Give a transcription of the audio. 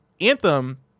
anthem